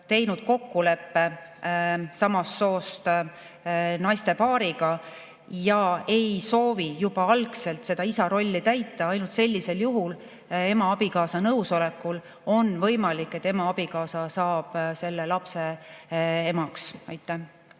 teinud kokkuleppe samast soost naiste paariga, et ta ei soovi juba algselt isa rolli täita, ainult sellisel juhul ja ema abikaasa nõusolekul on võimalik, et ema abikaasa saab selle lapse teiseks